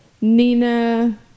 Nina